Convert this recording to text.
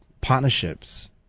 partnerships